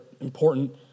important